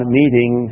meeting